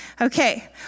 Okay